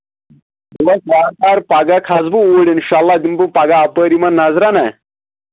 وارٕ کارٕ پَگاہ کھسہٕ بہٕ اوٗرۍ اِنشاء اللہ دِمہٕ بہٕ پَگاہ اَپٲرۍ یِمَن نَظرا نہ